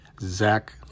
Zach